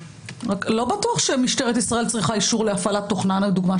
לא בטוח שמשטרת ישראל צריכה אישור להפעלת תוכנה להפעלות תוכנות